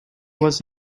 was